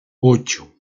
ocho